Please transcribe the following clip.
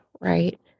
right